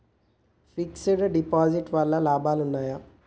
Fix డ్ deposit వల్ల లాభాలు ఉన్నాయి?